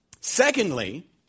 Secondly